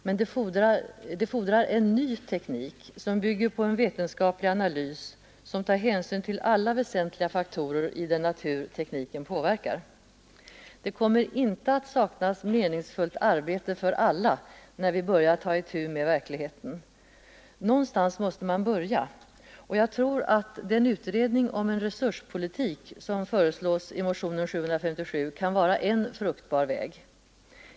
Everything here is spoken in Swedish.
Men det fordrar en ny teknik som bygger på en vetenskaplig analys som tar hänsyn till alla väsentliga faktorer i den natur tekniken påverkar.” Det kommer inte att saknas meningsfullt arbete för alla när vi börjar ta itu med verkligheten! Någonstans måste man börja, och jag tror att den utredning om en resurspolitik som föreslås i motionen nr 757 kan vara en fruktbar väg.